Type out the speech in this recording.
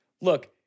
Look